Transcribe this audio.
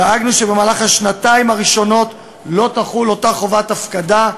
דאגנו שבשנתיים הראשונות לא תחול חובת ההפקדה,